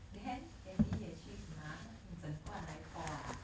then daddy 也是去拿整罐来 pour ah